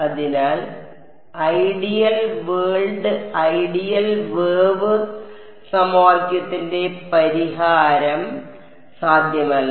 അതിനാൽ ideal world ideal wave സമവാക്യത്തിന്റെ പരിഹാരം സാധ്യമല്ല